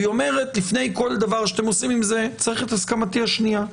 והיא אומרת שלפני כל דבר שעושים עם זה צריך את הסכמתה השנייה.